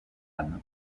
anne